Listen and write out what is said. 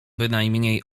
bynajmniej